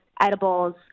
edibles